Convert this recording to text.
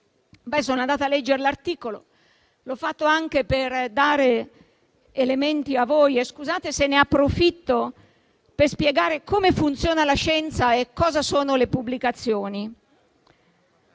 Sono andata a leggere l'articolo, facendolo anche per dare elementi a voi, e scusate se ne approfitto per spiegare come funziona la scienza e cosa sono le pubblicazioni.